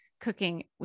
cooking